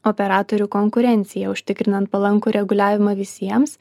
operatorių konkurenciją užtikrinant palankų reguliavimą visiems